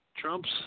Trump's